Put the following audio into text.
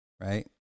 Right